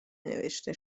نوشته